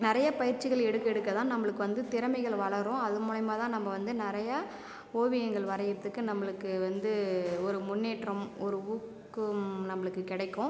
நிறைய பயிற்சிகள் எடுக்க எடுக்க தான் நம்மளுக்கு வந்து திறமைகள் வளரும் அது மூலியமாக தான் நம்ப வந்து நிறய ஓவியங்கள் வரையுறதுக்கு நம்மளுக்கு வந்து ஒரு முன்னேற்றம் ஒரு ஊக்கம் நம்மளுக்கு கிடைக்கும்